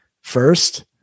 First